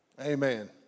Amen